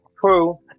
true